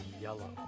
Yellow